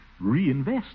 reinvest